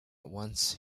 once